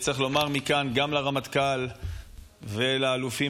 צריך לומר מכאן גם לרמטכ"ל וגם לאלופים